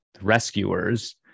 Rescuers